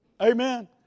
amen